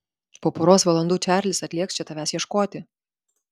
po poros valandų čarlis atlėks čia tavęs ieškoti